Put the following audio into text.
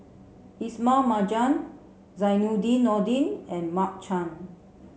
Ismail Marjan Zainudin Nordin and Mark Chan